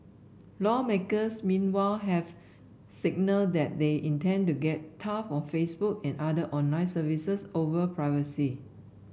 lawmakers meanwhile have signalled that they intend to get tough on Facebook and other online services over privacy